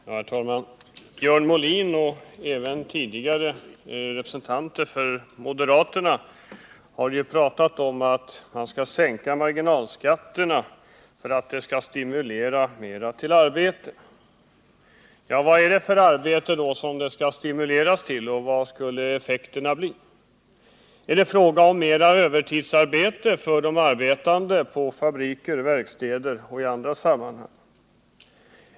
Herr talman! Björn Molin har, liksom tidigare också representanter för moderaterna, pratat om att man skall sänka marginalskatterna för att stimulera till mera arbete. Vad är det då för arbete som man skall stimuleras till och vilka skulle effekterna bli? Är det fråga om mera övertidsarbete för de arbetande i fabriker, verkstäder och liknande?